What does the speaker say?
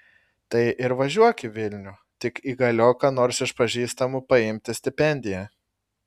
tai ir važiuok į vilnių tik įgaliok ką nors iš pažįstamų paimti stipendiją